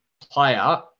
player